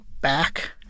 Back